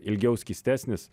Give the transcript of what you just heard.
ilgiau skystesnis